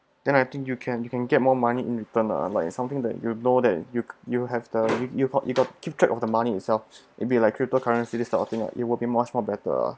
then I think you can you can get more money in return lah like something that you know that you you have the you got you got keep track of the money itself it'll be like crypto currency this type of thing lah it will be much more better lah